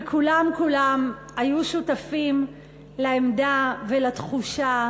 וכולם כולם היו שותפים לעמדה ולתחושה